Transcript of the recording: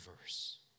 verse